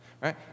Right